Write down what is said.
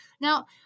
Now